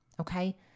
Okay